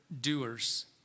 doers